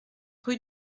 rue